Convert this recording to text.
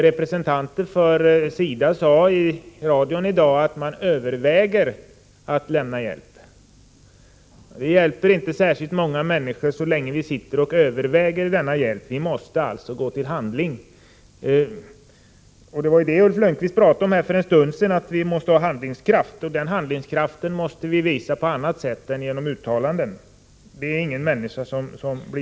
Representanter för SIDA sade i radion i dag att man överväger att lämna hjälp. Det hjälper inte särskilt många människor att vi sitter och överväger denna hjälp. Vi måste gå till handling. Det var detta Ulf Lönnqvist talade om för en stund sedan, att vi måste ha handlingskraft, och det måste vi visa på annat sätt än genom uttalanden.